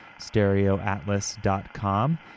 stereoatlas.com